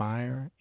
Fire